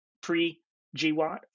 pre-GWAT